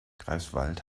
greifswald